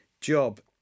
job